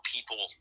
People